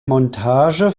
montage